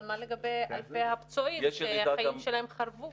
אבל מה לגבי אלפי הפצועים שהחיים שלהם חרבו?